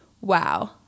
wow